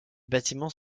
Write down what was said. bâtiments